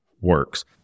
works